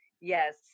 Yes